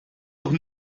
doch